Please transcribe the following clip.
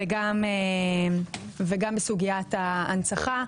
וגם סוגית ההנצחה.